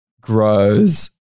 grows